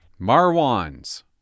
Marwans